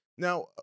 Now